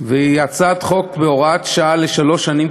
והיא הצעת חוק בהוראת שעה לשלוש שנים,